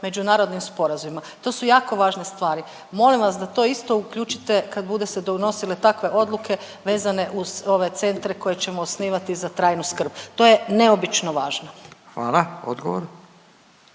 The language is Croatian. međunarodnim sporazumima. To su jako važne stvari. Molim vas da to isto uključite kad bude se donosile takve odluke, vezane uz ove centre koje ćemo osnivati za trajnu skrb. To je neobično važno. **Radin,